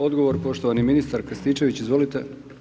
Odgovor poštovani ministar Krstičević izvolite.